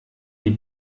die